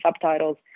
subtitles